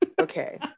okay